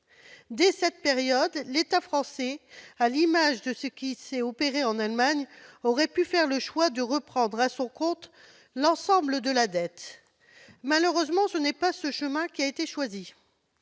Dès cette période, l'État français, à l'image de ce qui s'est opéré en Allemagne, aurait pu faire le choix de reprendre l'ensemble de la dette à son compte. Malheureusement, ce n'est pas la voie qui a été choisie.